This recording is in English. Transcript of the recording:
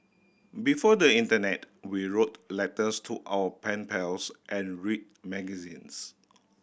before the internet we wrote letters to our pen pals and read magazines